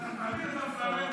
תעביר את המסרים,